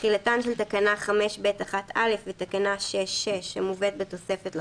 (ג) תחילתן של תקנה 5(ב)(1)(א) ותקנה 6(6) המובאות בתוספת לחוק,